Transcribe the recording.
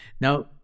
Now